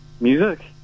music